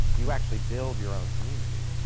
you actually build your own community.